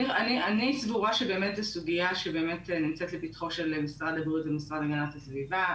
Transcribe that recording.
אני סבורה שזו סוגיה שנמצאת לפתחם של משרד הבריאות והמשרד להגנת הסביבה.